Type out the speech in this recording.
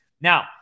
Now